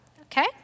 okay